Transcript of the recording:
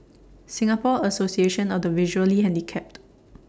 Singapore Association of The Visually Handicapped